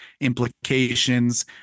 implications